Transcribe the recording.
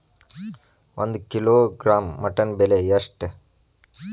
ಒಂದು kilogram mutton ಬೆಲೆ ಎಷ್ಟ್?